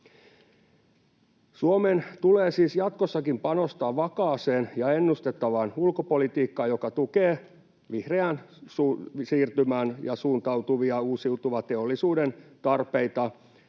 Suomen tulee siis jatkossakin panostaa vakaaseen ja ennustettavaan ulkopolitiikkaan, joka tukee vihreään siirtymään suuntautuvan ja uusiutuvan teollisuuden tarpeita